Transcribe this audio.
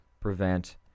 prevent